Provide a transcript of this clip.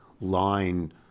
line